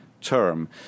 term